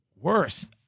worse